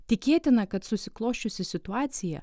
tikėtina kad susiklosčiusi situacija